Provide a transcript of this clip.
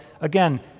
Again